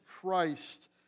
Christ